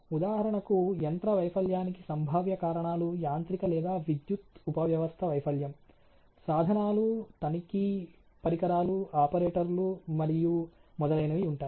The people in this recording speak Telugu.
ఉదాహరణకు యంత్ర వైఫల్యానికి సంభావ్య కారణాలు యాంత్రిక లేదా విద్యుత్ ఉపవ్యవస్థ వైఫల్యం సాధనాలు తనిఖీ పరికరాలు ఆపరేటర్లు మరియు మొదలైనవి ఉంటాయి